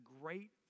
great